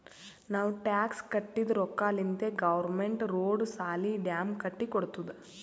ನಾವ್ ಟ್ಯಾಕ್ಸ್ ಕಟ್ಟಿದ್ ರೊಕ್ಕಾಲಿಂತೆ ಗೌರ್ಮೆಂಟ್ ರೋಡ್, ಸಾಲಿ, ಡ್ಯಾಮ್ ಕಟ್ಟಿ ಕೊಡ್ತುದ್